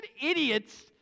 idiots